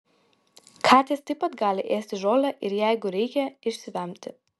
katės taip pat gali ėsti žolę ir jeigu reikia išsivemti